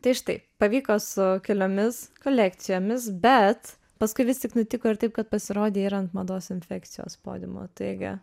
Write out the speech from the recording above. tai štai pavyko su keliomis kolekcijomis bet paskui vis tik nutiko ir taip kad pasirodei ir ant mados infekcijos podiumo taigi